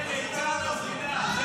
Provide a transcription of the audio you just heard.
הינה ליצן המדינה.